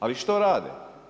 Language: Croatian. Ali što rade?